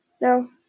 No